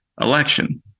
election